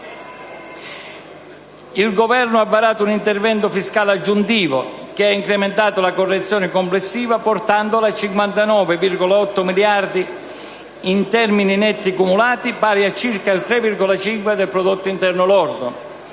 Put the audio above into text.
il Governo ha varato un intervento fiscale aggiuntivo che ha incrementato la correzione complessiva, portandola a 59,8 miliardi in termini netti cumulati, pari a circa il 3,5 per cento del prodotto interno lordo.